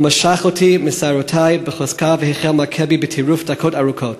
הוא משך אותי משערותי בחוזקה והחל מכה בי בטירוף דקות ארוכות.